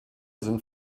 sind